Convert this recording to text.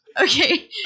Okay